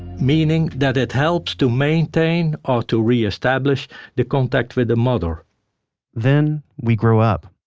meaning that it helps to maintain or to re-establish the contact with the mother then, we grow up.